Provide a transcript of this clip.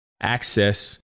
access